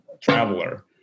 traveler